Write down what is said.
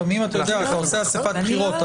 לפעמים אתה עושה אסיפת בחירות,